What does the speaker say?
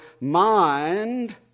mind